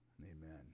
Amen